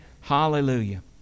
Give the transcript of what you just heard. Hallelujah